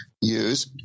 use